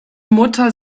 mutter